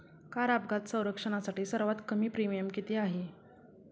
Car अपघात संरक्षणासाठी सर्वात कमी प्रीमियम किती आहे?